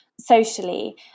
socially